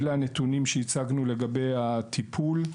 אלה הם הנתונים שהצגנו לגבי הטיפול.